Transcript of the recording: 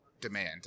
demand